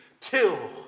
Till